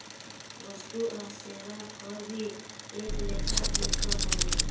वस्तु आ सेवा कर भी एक लेखा के कर हवे